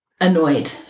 annoyed